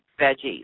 veggies